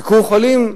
"ביקור חולים",